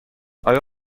آیا